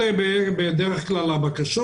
אלה בדרך כלל הבקשות.